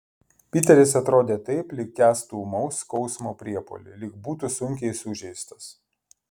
piteris atrodė taip lyg kęstų ūmaus skausmo priepuolį lyg būtų sunkiai sužeistas